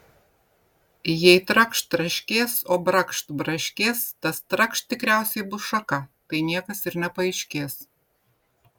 jei trakšt traškės o brakšt braškės tas trakšt tikriausiai bus šaka tai niekas ir nepaaiškės